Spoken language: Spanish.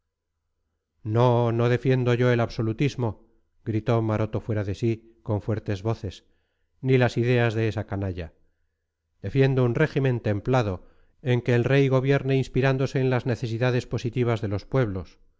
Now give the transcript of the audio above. no no defiendo yo el absolutismo gritó maroto fuera de sí con fuertes voces ni las ideas de esa canalla defiendo un régimen templado en que el rey gobierne inspirándose en las necesidades positivas de los pueblos